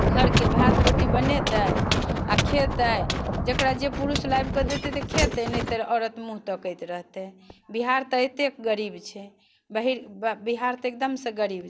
घरके भात रोटी बनेतै आ खेतै जकरा जे पुरुष लाबि कऽ देतै तऽ खेतै नहि तऽ औरत मुँह तकैत रहतै बिहार तऽ एतेक गरीब छै बहिर ब बिहार तऽ एकदमसँ गरीब